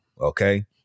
okay